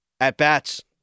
at-bats